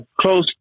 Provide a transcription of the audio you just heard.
close